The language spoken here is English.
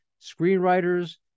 screenwriters